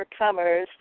overcomers